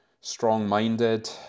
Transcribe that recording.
strong-minded